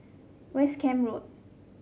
West Camp Road